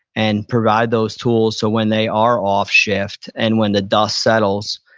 and provide those tools so when they are off shift and when the dust settles,